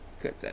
Good